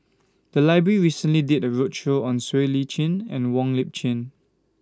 The Library recently did A roadshow on Siow Lee Chin and Wong Lip Chin